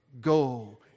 go